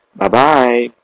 Bye-bye